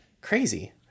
Crazy